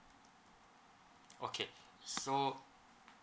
okay so